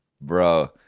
Bro